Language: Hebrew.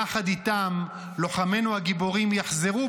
יחד איתם לוחמינו הגיבורים יחזרו,